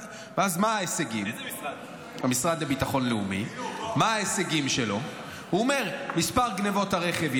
גם אני רוצה לדבר על הביטחון האישי שלנו והעומד בראשותו.